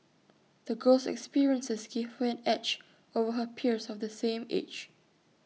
the girl's experiences gave her an edge over her peers of the same age